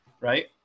Right